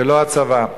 ולא הצבא.